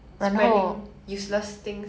ya